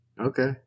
Okay